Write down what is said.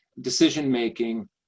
decision-making